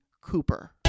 Cooper